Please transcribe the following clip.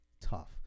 tough